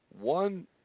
One